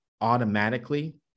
automatically